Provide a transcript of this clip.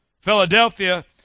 Philadelphia